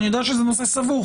אני יודע שזה נושא סבוך.